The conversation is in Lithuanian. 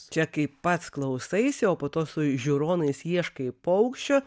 čia kaip pats klausaisi o po to su žiūronais ieškai paukščio